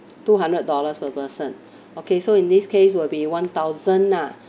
two hundred dollars per person okay so in this case will be one thousand lah